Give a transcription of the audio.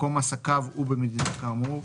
מקום עסקיו הוא במדינה כאמור,